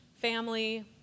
family